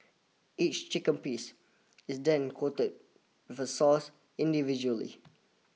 each chicken piece is then coated the sauce individually